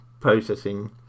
processing